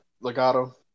Legato